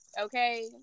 okay